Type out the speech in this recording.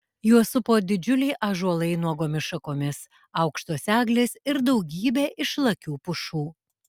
juos supo didžiuliai ąžuolai nuogomis šakomis aukštos eglės ir daugybė išlakių pušų